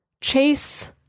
chase